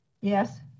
Yes